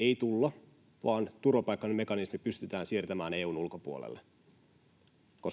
ei tulla vaan turvapaikan mekanismi pystytään siirtämään EU:n ulkopuolelle.